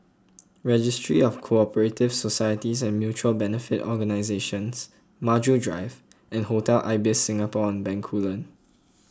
registry of Co Operative Societies and Mutual Benefit Organisations Maju Drive and Hotel Ibis Singapore on Bencoolen